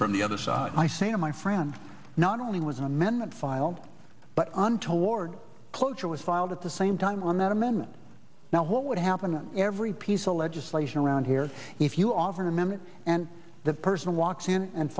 from the other side i say to my friend not only was an amendment filed but until lord cloture was filed at the same time on that amendment now what would happen every piece of legislation around here if you offer an amendment and the person walks in and